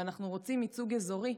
ואנחנו רוצים ייצוג אזורי,